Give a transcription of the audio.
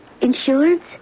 Insurance